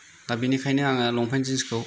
दा बेनिखायनो आङो लंपेन जिन्सखौ